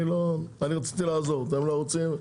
אני רציתי לעזור, אתם לא רוצים?